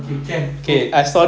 okay can cool